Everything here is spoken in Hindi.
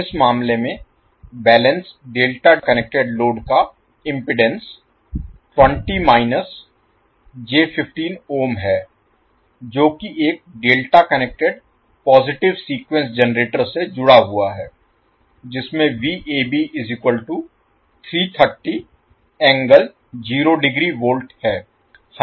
इस मामले में बैलेंस्ड डेल्टा कनेक्टेड लोड का इम्पीडेन्स है जो की एक delta connected positive sequence generator से जुड़ा हुआ है जिसमें V है